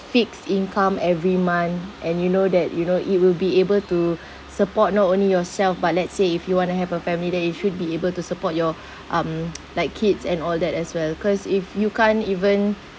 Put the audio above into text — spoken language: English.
fixed income every month and you know that you know it will be able to support not only yourself but let's say if you want to have a family that you should be able to support your um like kids and all that as well cause if you can't even